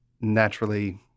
naturally